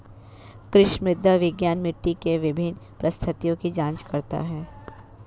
कृषि मृदा विज्ञान मिट्टी के विभिन्न परिस्थितियों की जांच करता है